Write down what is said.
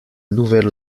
nouvelle